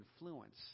influence